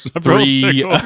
three